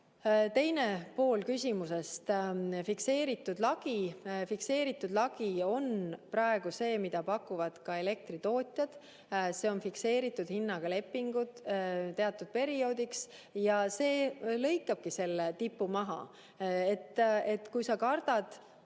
vajab. Teine pool küsimusest: fikseeritud lagi. Fikseeritud lagi on praegu see, mida pakuvad ka elektritootjad, nimelt fikseeritud hinnaga lepingud teatud perioodiks, ja see lõikabki selle tipu maha. Kui sa kardad